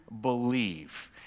believe